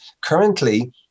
currently